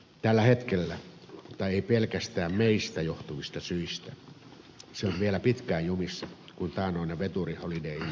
tällä hetkellä mutta ei pelkästään meistä johtuvista syistä se on vielä pitkään jumissa kuin taannoinen veturi holiday innin seinässä